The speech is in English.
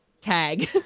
tag